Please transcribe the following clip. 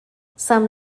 some